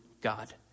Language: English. God